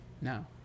no